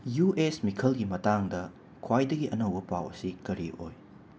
U S ꯃꯤꯈꯜꯒꯤ ꯃꯇꯥꯡꯗ ꯈ꯭ꯋꯥꯏꯗꯒꯤ ꯑꯅꯧꯕ ꯄꯥꯎ ꯑꯁꯤ ꯀꯔꯤ ꯑꯣꯏ